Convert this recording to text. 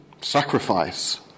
sacrifice